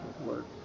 work